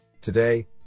Today